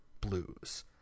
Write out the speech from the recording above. blues